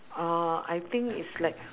uh I think it's like